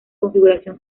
configuración